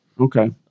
Okay